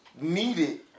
needed